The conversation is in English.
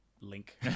link